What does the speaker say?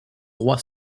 roi